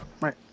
Right